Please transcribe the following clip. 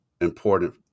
important